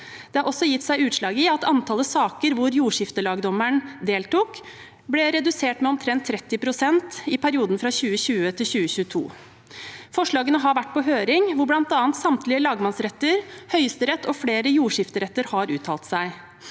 Det har også gitt seg utslag i at antallet saker hvor jordskiftelagdommere deltok, ble redusert med omtrent 30 pst. i perioden fra 2020 til 2022. Forslagene har vært på høring, hvor bl.a. samtlige lagmannsretter, Høyesterett og flere jordskifteretter har uttalt seg.